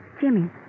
Jimmy